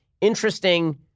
interesting